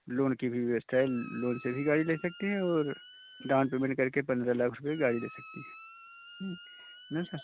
loan की भी व्यवस्था है लोन से भी गाड़ी ले सकती हैं और डाउन पेमेंट करके पंद्रह लाख रुपये की गाड़ी ले सकती हैं